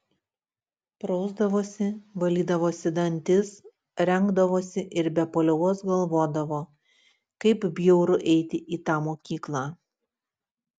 prausdavosi valydavosi dantis rengdavosi ir be paliovos galvodavo kaip bjauru eiti į tą mokyklą